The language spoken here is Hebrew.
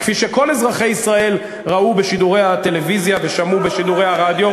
כפי שכל אזרחי ישראל ראו בשידורי הטלוויזיה ושמעו בשידורי הרדיו,